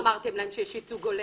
אתם בעצמכם אמרתם להם שיש ייצוג הולם,